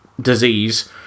disease